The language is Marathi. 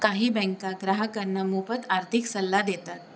काही बँका ग्राहकांना मोफत आर्थिक सल्ला देतात